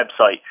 website